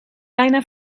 bijna